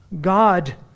God